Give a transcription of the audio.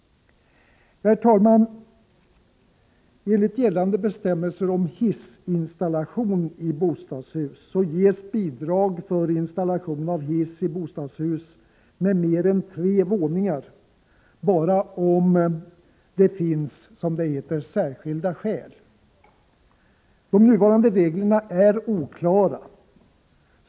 Herr talman! Enligt gällande bestämmelser om hissinstallation i bostadshus ges bidrag för installation av hiss i bostadshus med mer än 3 våningar bara om det finns särskilda skäl. De nuvarande reglerna är oklara.